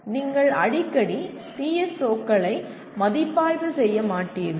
நீங்கள் அடிக்கடி PSO களை மதிப்பாய்வு செய்ய மாட்டீர்கள்